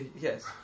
Yes